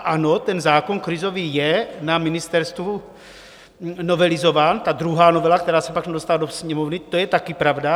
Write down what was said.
Ano, ten zákon krizový je na ministerstvu novelizován, ta druhá novela, která se pak nedostala do Sněmovny, to je také pravda.